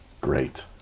Great